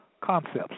concepts